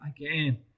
again